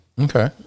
Okay